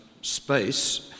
space